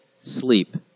Sleep